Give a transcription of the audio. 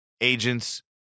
agents